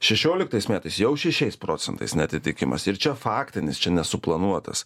šešioliktais metais jau šešiais procentais neatitikimas ir čia faktinis čia nesuplanuotas